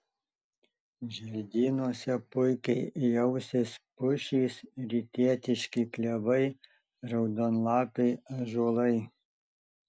želdynuose puikiai jausis pušys rytietiški klevai raudonlapiai ąžuolai